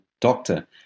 doctor